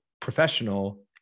professional